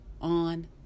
on